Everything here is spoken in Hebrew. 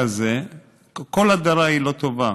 כל הדרה היא לא טובה,